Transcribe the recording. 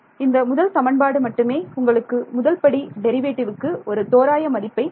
இந்த முதல் சமன்பாடு மட்டுமே உங்களுக்கு முதல்படி டெரிவேட்டிவ்க்கு ஒரு தோராய மதிப்பை கொடுக்கிறது